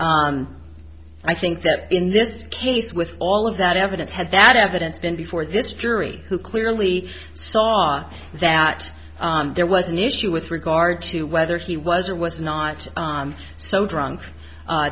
r i think that in this case with all of that evidence had that evidence been before this jury who clearly saw that there was an issue with regard to whether he was or was not so drunk